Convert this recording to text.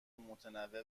متنوع